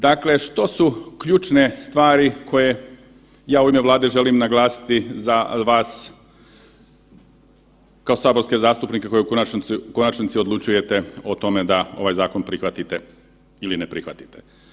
Dakle, što su ključne stvari koje ja u ime Vlade želim naglasiti za vas kao saborske zastupnike koji u konačnici odlučujete o tome da ovaj zakon prihvatite ili ne prihvatite.